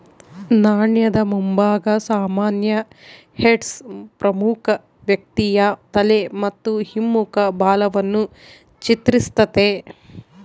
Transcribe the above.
ನಾಣ್ಯದ ಮುಂಭಾಗ ಸಾಮಾನ್ಯ ಹೆಡ್ಸ್ ಪ್ರಮುಖ ವ್ಯಕ್ತಿಯ ತಲೆ ಮತ್ತು ಹಿಮ್ಮುಖ ಬಾಲವನ್ನು ಚಿತ್ರಿಸ್ತತೆ